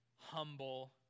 humble